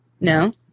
No